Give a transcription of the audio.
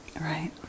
Right